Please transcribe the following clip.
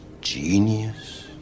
genius